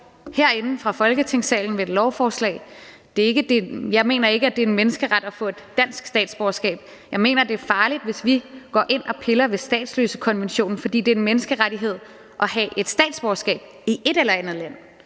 herinde fra Folketingssalen ved et lovforslag. Jeg mener ikke, at det er en menneskeret at få et dansk statsborgerskab. Jeg mener, det er farligt, hvis vi går ind og piller ved statsløsekonventionen, fordi det er en menneskerettighed at have et statsborgerskab i et eller andet land.